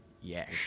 Yes